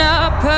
up